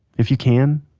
if you can,